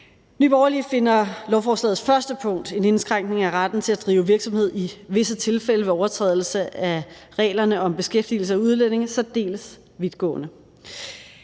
Nye Borgerlige finder lovforslagets første punkt, en indskrænkning af retten til at drive virksomhed i visse tilfælde ved overtrædelse af reglerne om beskæftigelse af udlændinge, særdeles vidtgående.